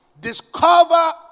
discover